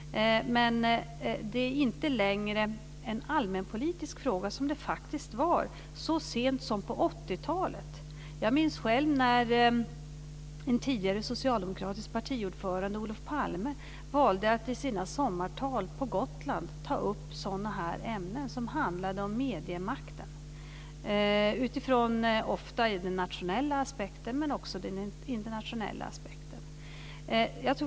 Men det är inte längre en allmänpolitisk fråga, som det faktiskt var så sent som på 80-talet. Jag minns själv när en tidigare socialdemokratisk partiordförande, Olof Palme, valde att i sina sommartal på Gotland ta upp ämnen som handlade om mediemakten, ofta utifrån den nationella aspekten men också utifrån den internationella aspekten.